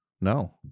No